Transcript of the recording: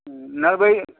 ना बै